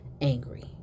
angry